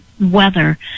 weather